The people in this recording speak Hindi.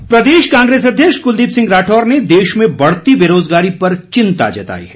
राठौर प्रदेश कांग्रेस अध्यक्ष कुलदीप सिंह राठौर ने देश में बढ़ती बेरोजगारी पर चिंता जताई है